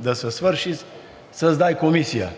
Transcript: да се свърши – създай комисия.